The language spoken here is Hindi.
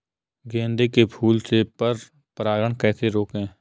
गेंदे के फूल से पर परागण कैसे रोकें?